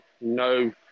No